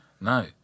No